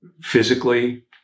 physically